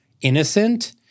innocent